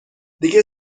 دیگه